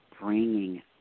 bringing